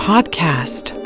podcast